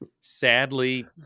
sadly